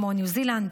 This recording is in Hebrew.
ניו זילנד,